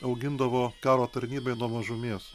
augindavo karo tarnybai nuo mažumės